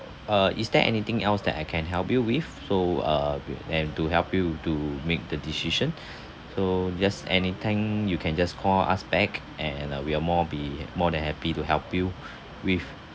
uh is there anything else that I can help you with so uh with and to help you to make the decision so just anything you can just call us back and uh we are more be more than happy to help you with